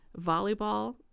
volleyball